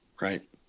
Right